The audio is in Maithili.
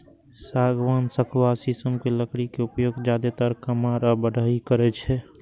सागवान, सखुआ, शीशम के लकड़ी के उपयोग जादेतर कमार या बढ़इ करै छै